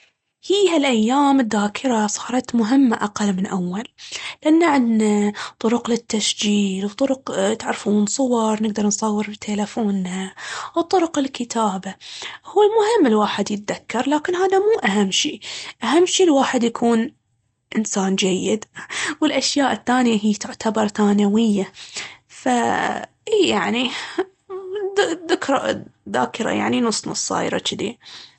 هي هالأيام الذاكرة صارت مهمة أقل من أول. لأن عندنا طرق للتسجيل وطرق أ- تعرفون صور نقدر نصور بتيلفوننا وطرق الكتابة. هو المهم الواحد يتذكر، لكن هذا مو أهم شي. أهم شي الواحد يكون إنسان جيد والأشياء الثانية هي تعتبر ثانوية. فإي يعني الذ- الذكرى- الذاكرة يعني نص نص صايرة جذي.